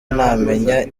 ntamenya